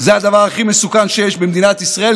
זה הדבר הכי מסוכן שיש במדינת ישראל,